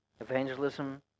evangelism